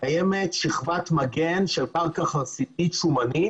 קיימת שכבת מגן של קרקע חרסיתית שומנית